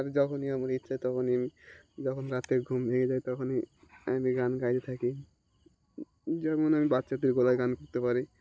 আর যখনই আমার ইচ্ছে তখনই আমি যখন রাতে ঘুম ভেঙে যায় তখনই আমি গান গাই থাকি যেমন আমি বাচ্চাদের গলায় গান করতে পারি